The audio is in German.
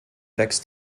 wächst